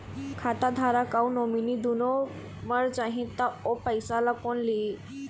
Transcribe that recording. खाता धारक अऊ नोमिनि दुनों मर जाही ता ओ पैसा ला कोन लिही?